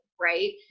right